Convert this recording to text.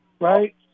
right